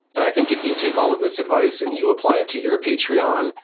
and i think if you take all of this advice and you apply it to your patreon,